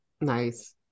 nice